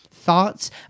Thoughts